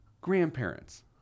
Grandparents